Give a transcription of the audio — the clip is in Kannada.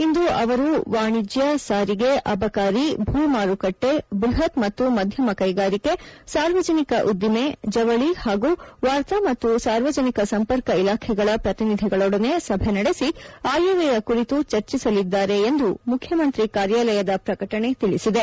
ಇಂದು ಅವರು ವಾಣಿಜ್ಯ ಸಾರಿಗೆ ಅಬಕಾರಿ ಭೂ ಮಾರುಕಟ್ಟೆ ಬೃಹತ್ ಮತ್ತು ಮಧ್ಯಮ ಕೈಗಾರಿಕೆ ಸಾರ್ವಜನಿಕ ಉದ್ದಿಮೆ ಜವಳಿ ಹಾಗೂ ವಾರ್ತಾ ಮತ್ತು ಸಾರ್ವಜನಿಕ ಸಂಪರ್ಕ ಇಲಾಖೆ ಪ್ರತಿನಿಧಿಗಳೊಡನೆ ಸಭೆ ನಡೆಸಿ ಆಯವ್ಯಯ ಕುರಿತು ಚರ್ಚಿಸಲಿದ್ದಾರೆ ಎಂದು ಮುಖ್ಯಮಂತ್ರಿ ಕಾರ್ಯಾಲಯದ ಪ್ರಕಟಣೆ ತಿಳಿಸಿದೆ